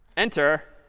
enter.